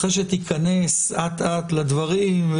אחרי שתיכנס אט אט לדברים,